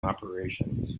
operations